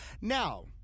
Now